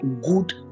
good